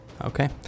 Okay